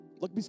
Look